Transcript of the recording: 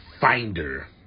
finder